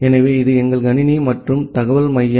எனவே இது எங்கள் கணினி மற்றும் தகவல் மையம்